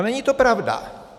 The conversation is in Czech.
Není to pravda.